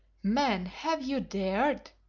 man, have you dared?